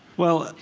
well,